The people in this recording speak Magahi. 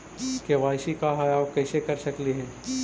के.वाई.सी का है, और कैसे कर सकली हे?